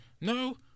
no